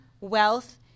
wealth